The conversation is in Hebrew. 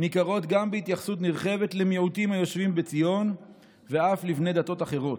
ניכרות גם בהתייחסות נרחבת למיעוטים היושבים בציון ואף לבני דתות אחרות.